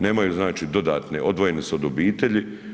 Nemaju znači dodatne, odvojeni su od obitelji.